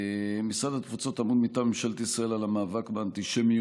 משרד התפוצות אמון מטעם ממשלת ישראל על המאבק באנטישמיות,